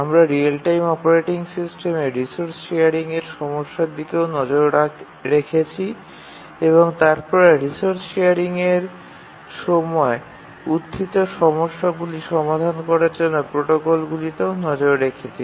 আমরা real time operating সিস্টেমে resource শেয়ারিংয়ের সমস্যার দিকেও নজর রেখেছি এবং তারপরে রিসোর্স শেয়ারিংয়ের সময় উত্থিত সমস্যাগুলি সমাধান করার জন্য প্রোটোকলগুলিতেও নজর রেখেছি